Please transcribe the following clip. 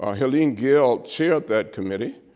ah helene gayle chaired that committee,